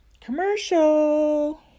Commercial